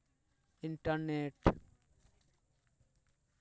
internet